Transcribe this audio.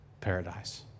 paradise